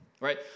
right